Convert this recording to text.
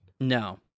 No